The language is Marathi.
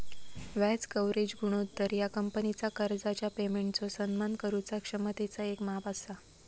व्याज कव्हरेज गुणोत्तर ह्या कंपनीचा कर्जाच्या पेमेंटचो सन्मान करुचा क्षमतेचा येक माप असा